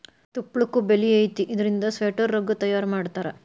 ತುಪ್ಪಳಕ್ಕು ಬೆಲಿ ಐತಿ ಇದರಿಂದ ಸ್ವೆಟರ್, ರಗ್ಗ ತಯಾರ ಮಾಡತಾರ